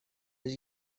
his